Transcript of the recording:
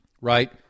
right